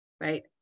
right